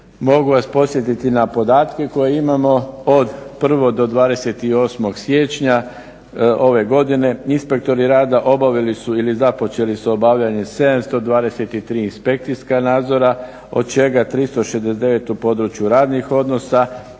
mogu vas podsjetiti na podatke koje imamo od 1. do 28. siječnja ove godine. Inspektori rada obavili su ili započeli su obavljanje 723 inspekcijska nadzora od čega 369 u području radnih odnosa